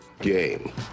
Game